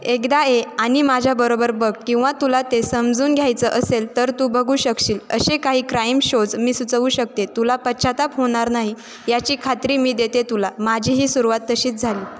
एकदा ये आणि माझ्याबरोबर बघ किंवा तुला ते समजून घ्यायचं असेल तर तू बघू शकशील असे काही क्राईम शोज मी सुचवू शकते तुला पश्चात्ताप होणार नाही याची खात्री मी देते तुला माझी ही सुरुवात तशीच झाली